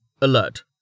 Alert